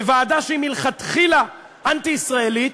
בוועדה שהיא מלכתחילה אנטי-ישראלית,